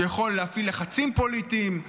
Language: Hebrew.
שיכול להפעיל לחצים פוליטיים,